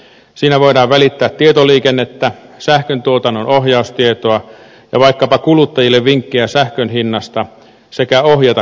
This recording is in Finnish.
siinä voidaan välittää tietoliikennettä sähköntuotannon ohjaustietoa ja vaikkapa kuluttajille vinkkejä sähkön hinnasta sekä ohjata kulutusta